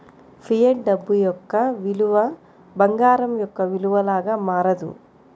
fiat డబ్బు యొక్క విలువ బంగారం యొక్క విలువ లాగా మారదు